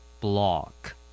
block